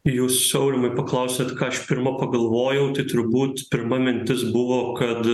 jūs aurimai paklausėt ką aš pirma pagalvojau tai turbūt pirma mintis buvo kad